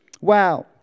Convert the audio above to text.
Wow